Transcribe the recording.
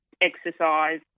exercise